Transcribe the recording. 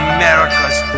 America's